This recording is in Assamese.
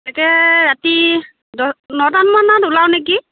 তাকে ৰাতি দহ নটা মানত ওলাওঁ নেকি